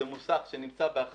זה מוסך שנמצא באחזקתו.